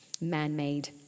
man-made